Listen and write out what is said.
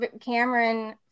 Cameron